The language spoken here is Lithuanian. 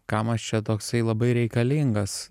kam aš čia toksai labai reikalingas